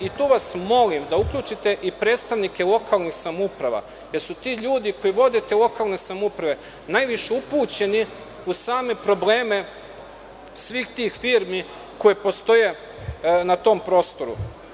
Molim vas da uključite i predstavnike lokalnih samouprava, jer su ti ljudi, koji vode te lokalne samouprave, najviše upućeni u same probleme svih tih firmi koje postoje na tom prostoru.